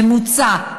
ממוצע,